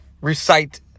recite